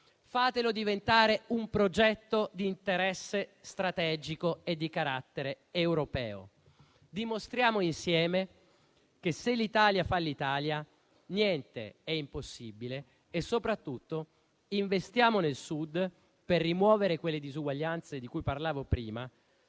Fatelo diventare un progetto di interesse strategico e di carattere europeo. Dimostriamo insieme che, se l'Italia fa l'Italia, niente è impossibile. Soprattutto, investiamo nel Sud per rimuovere quelle disuguaglianze di cui parlavo prima,